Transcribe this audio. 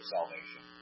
salvation